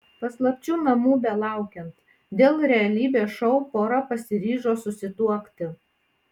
paslapčių namų belaukiant dėl realybės šou pora pasiryžo susituokti